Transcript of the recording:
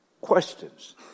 questions